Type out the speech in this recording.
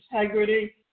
integrity